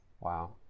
wow